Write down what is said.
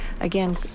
again